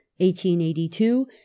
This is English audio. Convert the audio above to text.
1882